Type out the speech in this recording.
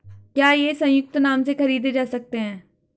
क्या ये संयुक्त नाम से खरीदे जा सकते हैं?